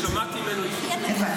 שמעתי ממנו אישית.